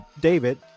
David